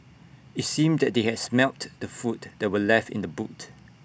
IT seemed that they had smelt the food that were left in the boot